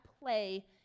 play